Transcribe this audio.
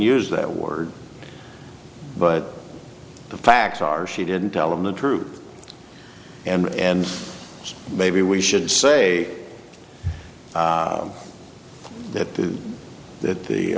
use that word but the facts are she didn't tell him the truth and and maybe we should say that the that the